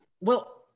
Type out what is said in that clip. Well-